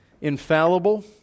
infallible